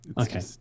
okay